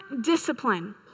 discipline